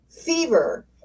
Fever